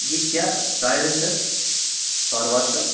جی کیا پرائس ہے sir car wash کا